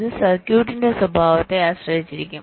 ഇത് സർക്യൂട്ടിന്റെ സ്വഭാവത്തെ ആശ്രയിച്ചിരിക്കും